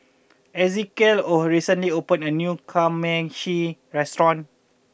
Ezekiel or recently opened a new Kamameshi restaurant